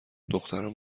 دختران